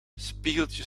spiegeltje